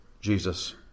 Jesus